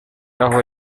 aho